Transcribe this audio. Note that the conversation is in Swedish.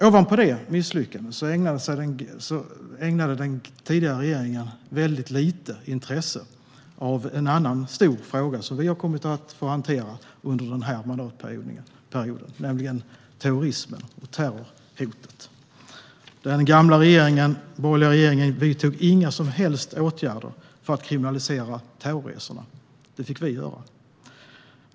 Ovanpå det misslyckandet ägnade den tidigare regeringen väldigt lite intresse åt en annan stor fråga som vi har kommit att få hantera under denna mandatperiod, nämligen terrorismen och terrorhotet. Den gamla borgerliga regeringen vidtog inga som helst åtgärder för att kriminalisera terrorresorna. Det fick vi göra.